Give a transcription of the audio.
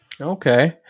Okay